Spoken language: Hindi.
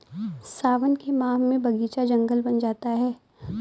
सावन के माह में बगीचा जंगल बन जाता है